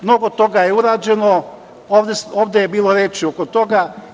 Mnogo toga je urađeno, ovde je bilo reči oko toga.